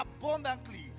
abundantly